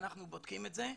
אנחנו בודקים את זה.